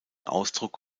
ausdruck